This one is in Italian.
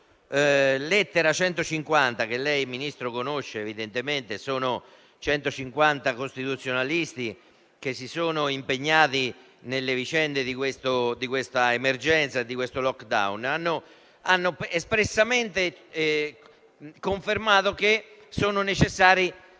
Lettera 150 - che lei, Ministro, evidentemente conosce: sono 150 costituzionalisti che si sono impegnati nelle vicende di questa emergenza e del *lockdown* - ha espressamente confermato che sono necessari